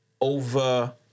over